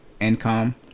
income